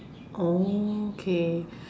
oh okay